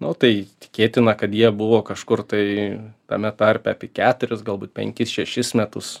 nu tai tikėtina kad jie buvo kažkur tai tame tarpe apie keturis galbūt penkis šešis metus